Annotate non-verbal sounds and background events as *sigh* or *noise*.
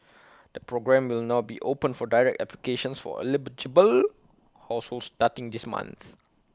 the programme will now be open for direct applications for *unintelligible* households starting this month